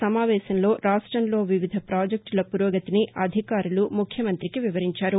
సమావేశంలో రాష్టంలో వివిధ ప్రాజెక్టుల పురోగతిని అధికారులు ముఖ్యమంతికి వివరించారు